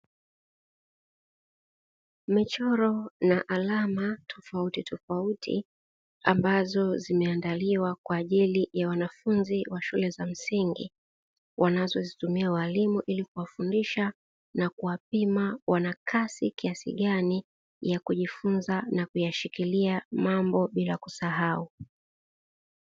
Michoro na alama tofautitofauti ambazo zimeandaliwa kwaajili ya wanafunzi wa shule za msingi, wanazozitumia walimu ili kuwafundisha na kuwapima wana kasi kiasi gani, ya kujifunza na kuyashikilia mambo bila kusahau.